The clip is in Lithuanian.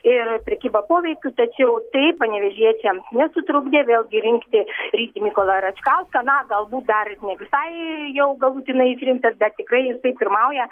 ir prekyba poveikiu tačiau tai panevėžiečiams nesutrukdė vėlgi rinkti rytį mykolą račkauską na galbūt dar visai jau galutinai išrinktas bet tikrai jisai pirmauja